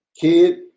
kid